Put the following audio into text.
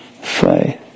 faith